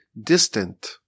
distant